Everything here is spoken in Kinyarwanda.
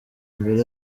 mbere